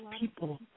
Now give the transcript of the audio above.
people